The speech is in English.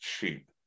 cheap